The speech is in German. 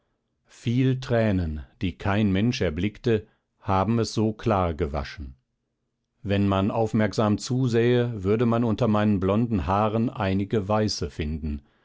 viel tränen die kein mensch erblickte haben es so klar gewaschen wenn man aufmerksam zusähe würde man unter meinen blonden haaren einige weiße finden